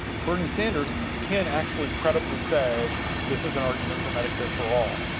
bernie sanders can actually credibly say this is an argument for medicare for all.